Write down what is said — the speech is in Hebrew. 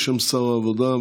בשם שר העבודה,